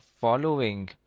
following